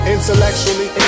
Intellectually